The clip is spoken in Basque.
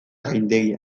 gaindegia